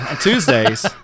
Tuesdays